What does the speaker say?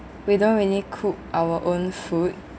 we don't really cook our own food